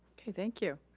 okay, thank you.